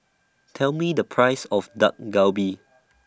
Tell Me The Price of Dak Galbi